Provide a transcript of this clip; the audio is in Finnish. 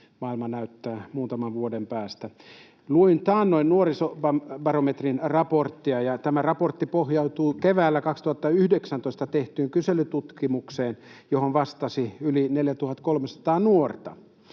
maailma näyttää muutaman vuoden päästä. Luin taannoin nuorisobarometrin raporttia, ja tämä raportti pohjautuu keväällä 2019 tehtyyn kyselytutkimukseen, johon vastasi yli 4 300 nuorta.